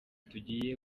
tugiye